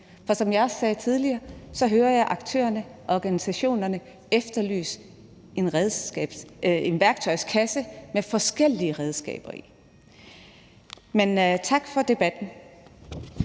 For som jeg også sagde tidligere, hører jeg aktørerne og organisationerne efterlyse en værktøjskasse med forskellige redskaber i. Men tak for debatten.